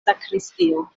sakristio